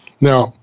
Now